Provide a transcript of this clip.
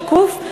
שקוף,